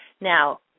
Now